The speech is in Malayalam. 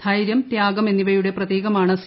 ധൈര്യം ത്യാഗം എന്നിവയുടെ പ്രതീകമാണ് സി